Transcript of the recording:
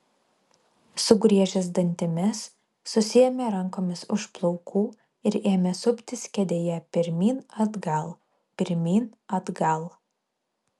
sugriežęs dantimis susiėmė rankomis už plaukų ir ėmė suptis kėdėje pirmyn atgal pirmyn atgal